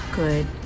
good